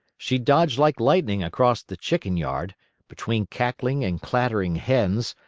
she dodged like lightning across the chicken-yard, between cackling and clattering hens,